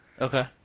Okay